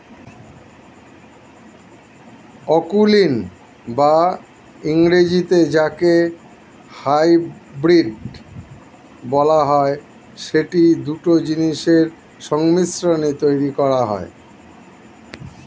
অকুলীন বা ইংরেজিতে যাকে হাইব্রিড বলা হয়, সেটি দুটো জিনিসের সংমিশ্রণে তৈরী করা হয়